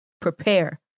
prepare